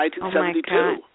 1972